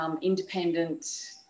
independent